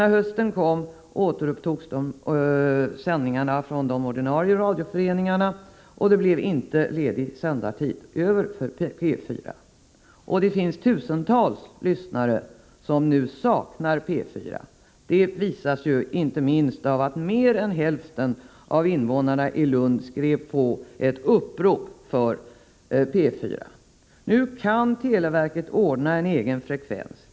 När hösten kom återupptog emellertid de ordinarie radioföreningarna sina sändningar, och det blev inte sändartid över för Radio P4. Tiotusentals lyssnare saknar nu Radio P4. Det visas inte minst av att mer än hälften av invånarna i Lund skrev på ett upprop för Radio P4. Televerket kan ordna så att Radio P4 får en egen frekvens.